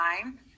time